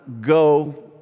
go